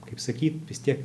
kaip sakyt vis tiek